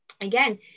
again